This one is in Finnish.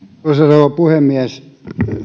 rouva puhemies